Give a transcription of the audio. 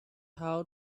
how